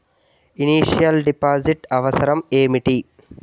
Initial deposit అవసరం ఏమిటి?